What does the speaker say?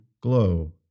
glow